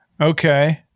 Okay